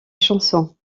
chanson